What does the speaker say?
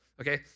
okay